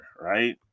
right